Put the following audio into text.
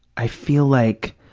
i feel like,